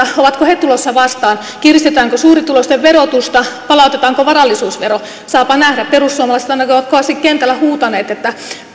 ovatko he tulossa vastaan kiristetäänkö suurituloisten verotusta palautetaanko varallisuusvero saapa nähdä perussuomalaiset ainakin ovat kovasti kentällä huutaneet että